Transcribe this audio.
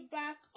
back